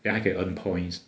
then 还可以 earn points